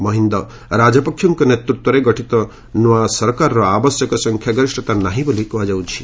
ମହିନ୍ଦ ରାଜପକ୍ଷଙ୍କ ନେତୁତ୍ୱରେ ଗଠିତ ନୂଆ ସରକାରର ଆବଶ୍ୟକ ସଂଖ୍ୟାଗରିଷତା ନାହିଁ ବୋଲି କୁହାଯାଉଛି